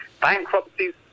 bankruptcies